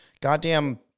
Goddamn